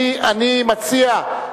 אני מציע,